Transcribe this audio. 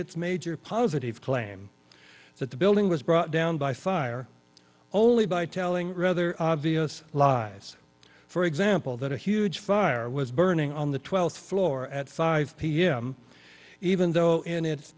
its major positive claim that the building was brought down by fire only by telling rather obvious lies for example that a huge fire was burning on the twelfth floor at five p m even though in it